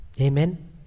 Amen